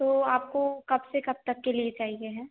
तो आपको कब से कब तक के लिए चाहिए है